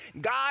God